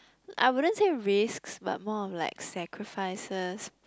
I wouldn't say risks but more on like sacrifices